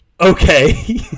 Okay